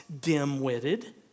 dim-witted